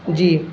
جی